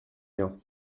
bien